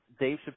Dave